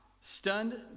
stunned